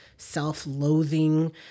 self-loathing